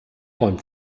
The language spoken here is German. räumt